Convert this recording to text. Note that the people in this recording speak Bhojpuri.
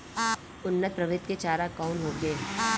उन्नत प्रभेद के चारा कौन होखे?